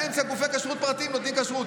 באמצע גופי כשרות פרטיים נותנים כשרות.